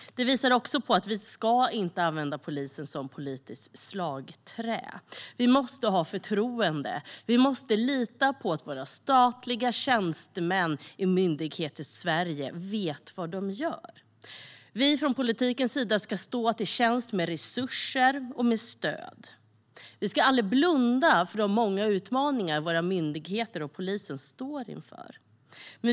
Det här visar också på att vi inte ska använda polisen som politiskt slagträ. Vi måste ha förtroende och lita på att våra statliga tjänstemän i myndigheter i Sverige vet vad de gör. Vi från politikens sida ska stå till tjänst med resurser och stöd. Vi ska aldrig blunda för de många utmaningar våra myndigheter och polisen står inför.